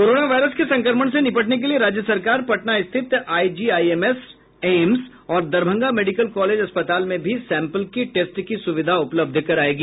corona virus के संक्रमण से निपटने के लिए राज्य सरकार पटना स्थित आईजीआईएमएस एम्स और दरभंगा मेडिकल कॉलेज अस्पताल में भी सैंपल की टेस्ट की सुविधा उपलब्ध करायेगी